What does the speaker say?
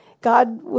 God